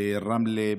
ברמלה,